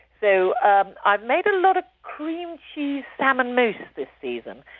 so um i've made a lot of cream cheese salmon mousse this season,